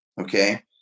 okay